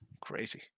Crazy